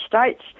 States